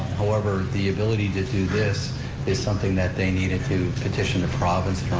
however, the ability to do this is something that they needed to petition the province